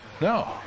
No